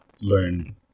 learn